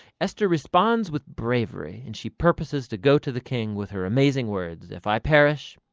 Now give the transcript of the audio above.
esther responds with bravery and she purposes to go to the king with her amazing words if i perish,